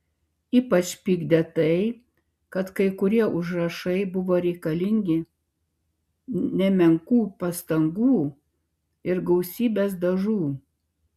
ypač pykdė tai kad kai kurie užrašai buvo reikalingi nemenkų pastangų ir gausybės dažų